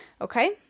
okay